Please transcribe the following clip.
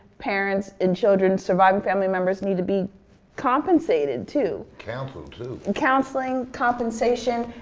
parents and children surviving family members need to be compensated too. counseled too. counseling compensation.